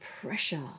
pressure